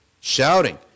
shouting